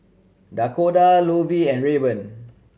Dakoda Lovie and Rayburn